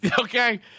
Okay